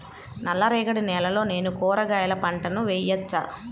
నల్ల రేగడి నేలలో నేను కూరగాయల పంటను వేయచ్చా?